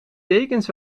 dekens